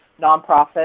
nonprofit